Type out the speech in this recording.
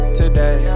today